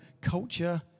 culture